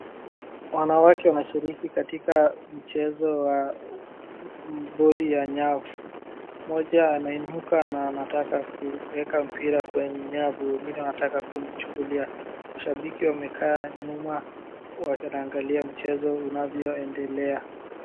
Wanawake wanashiriki katika mchezo wa boli ya nyafu. Mmoja anainuka na anataka kuuweka mpira kwenye nyavu, wengine anataka kumchukulia. Shabiki wamekaa nyuma wanaangalia mchezo unavyoendelea.